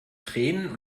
tränen